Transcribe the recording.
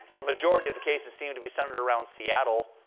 the majority of the cases seem to be centered around seattle.